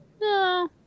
No